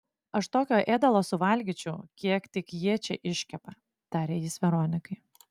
aš tokio ėdalo suvalgyčiau kiek tik jie čia iškepa tarė jis veronikai